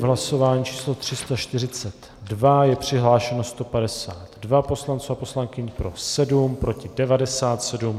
V hlasování číslo 342 je přihlášeno 152 poslanců a poslankyň, pro 7, proti 97.